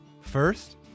First